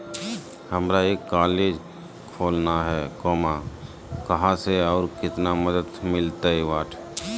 हमरा एक कॉलेज खोलना है, कहा से और कितना मदद मिलतैय?